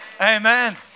Amen